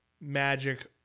magic